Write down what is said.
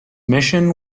mission